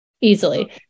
easily